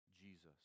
Jesus